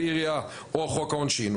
כלי ירייה או חוק העונשין,